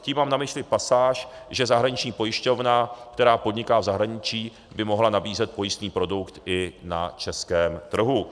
Tím mám na mysli, že zahraniční pojišťovna, která podniká v zahraničí, by mohla nabízet pojistný produkt i na českém trhu.